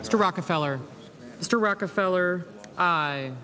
that's the rockefeller the rockefeller i